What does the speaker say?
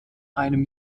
einem